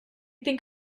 think